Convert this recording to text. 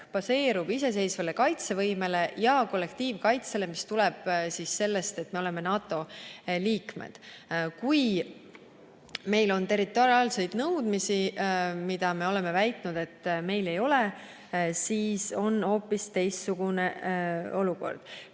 baseerub iseseisval kaitsevõimel ja kollektiivkaitsel, mis tuleb sellest, et me oleme NATO liikmed. Kui meil on territoriaalseid nõudmisi, kuigi me oleme väitnud, et meil neid ei ole, siis on hoopis teistsugune olukord.